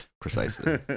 Precisely